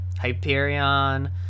Hyperion